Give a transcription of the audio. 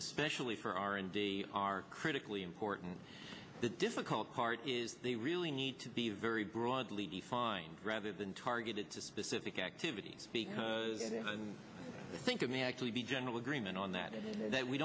especially for r and d are critically important the difficult part is they really need to be very broadly defined rather been targeted to specific activities because i think it may actually be general agreement on that that we